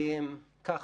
אז ככה.